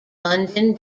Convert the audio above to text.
london